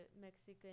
mexican